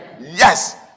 Yes